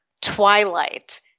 Twilight